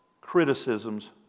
criticisms